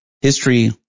history